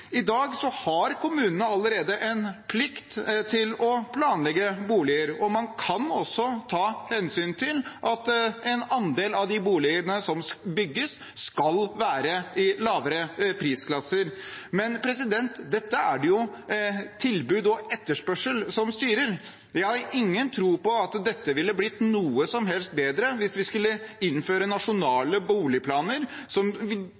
I dag har kommunene allerede en plikt til å planlegge boliger, og man kan også ta hensyn til at en andel av de boligene som bygges, skal være i lavere prisklasser. Men dette er det jo tilbud og etterspørsel som styrer. Jeg har ingen tro på at dette ville blitt noe som helst bedre hvis vi skulle innføre nasjonale boligplaner som